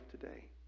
today